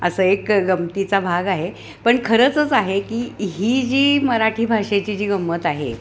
असं एक गमतीचा भाग आहे पण खरंचच आहे की ही जी मराठी भाषेची जी गंमत आहे